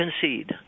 concede